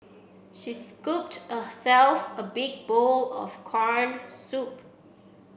she scooped herself a big bowl of corned soup